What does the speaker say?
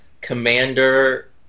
Commander